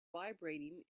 vibrating